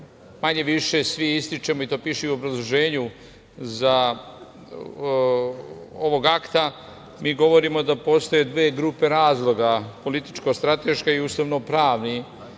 manje-više svi ističemo, i to piše u obrazloženju ovog akta, mi govorimo da postoje dve grupe razloga – političko-strateški i ustavno-pravni